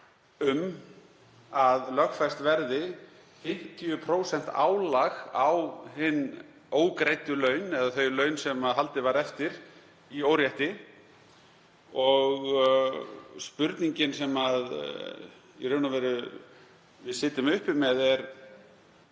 um að lögfest verði 50% álag á hin ógreiddu laun, eða þau laun sem haldið var eftir í órétti. Spurningin sem við sitjum uppi með er